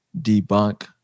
debunk